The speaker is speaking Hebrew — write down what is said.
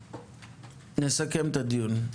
נסכם את הדיון.